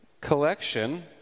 collection